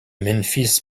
memphis